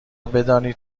بدانید